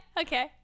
Okay